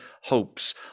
hopes